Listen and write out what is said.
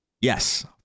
Yes